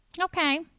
Okay